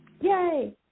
Yay